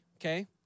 okay